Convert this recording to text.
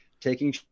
taking